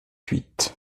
huit